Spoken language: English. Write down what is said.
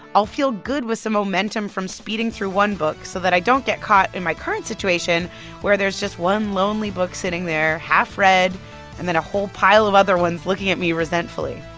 i'll feel good with some momentum from speeding through one book so that i don't get caught in my current situation where there's just one lonely book sitting there half-read and then a whole pile of other ones looking at me resentfully